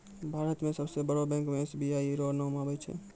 भारत मे सबसे बड़ो बैंक मे एस.बी.आई रो नाम आबै छै